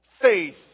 faith